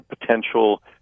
potential